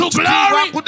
glory